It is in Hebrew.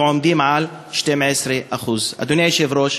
ועומדים על 12%. אדוני היושב-ראש,